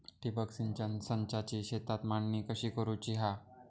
ठिबक सिंचन संचाची शेतात मांडणी कशी करुची हा?